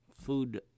food